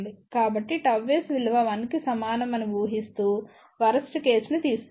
కాబట్టిΓS విలువ 1 కి సమానం అని ఊహిస్తూ వరస్ట్ కేస్ ని తీసుకుందాం